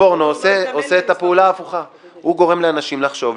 הפורנו עושה את הפעולה הפוכה הוא גורם לאנשים לחשוב,